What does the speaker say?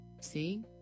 See